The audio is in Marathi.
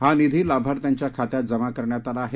हा निधी लाभार्थ्यांच्या खात्यात जमा कण्यात आला आहे